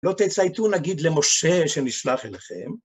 לא תצייתו נגיד למשה שנשלח אליכם.